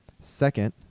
Second